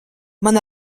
man